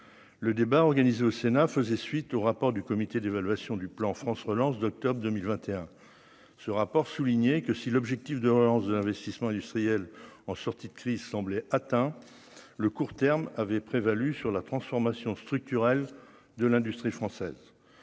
le débat organisé au Sénat faisait suite au rapport du comité d'évaluation du plan France relance d'octobre 2021, ce rapport soulignait que si l'objectif de relance de l'investissement industriel en sortie de crise semblait atteint le court terme avait prévalu sur la transformation structurelle de l'industrie française,